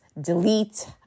delete